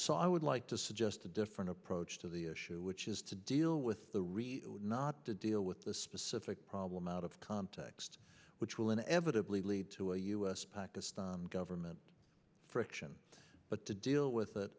so i would like to suggest a different approach to the issue which is to deal with the really not to deal with the specific problem out of context which will inevitably lead to a u s pakistan government friction but to deal with it